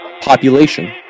population